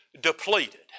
depleted